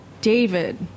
David